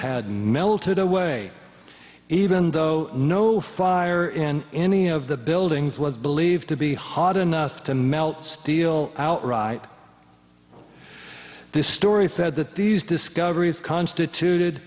had melted away even though no fire in any of the buildings was believed to be hot enough to melt steel outright this story said that these discoveries constituted